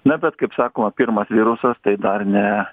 na bet kaip sakoma pirmas virusas tai dar ne